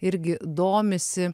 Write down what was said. irgi domisi